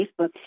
Facebook